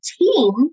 team